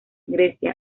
grecia